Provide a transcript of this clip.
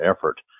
effort